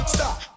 Stop